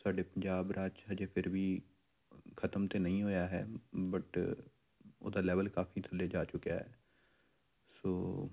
ਸਾਡੇ ਪੰਜਾਬ ਰਾਜ 'ਚ ਹਜੇ ਫਿਰ ਵੀ ਖ਼ਤਮ ਤਾਂ ਨਹੀਂ ਹੋਇਆ ਹੈ ਬਟ ਉਹਦਾ ਲੈਵਲ ਕਾਫ਼ੀ ਥੱਲੇ ਜਾ ਚੁੱਕਿਆ ਹੈ ਸੋ